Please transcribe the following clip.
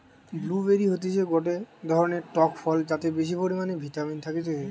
blue বেরি হতিছে গটে ধরণের টক ফল যাতে বেশি পরিমানে ভিটামিন থাকতিছে